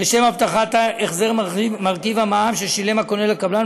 לשם הבטחת החזר מרכיב המע"מ ששילם הקונה לקבלן